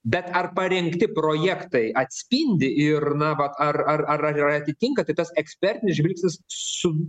bet ar parengti projektai atspindi ir na va ar ar ar atitinka tai tas ekspertinis žvilgsnis su